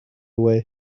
away